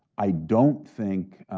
i don't think,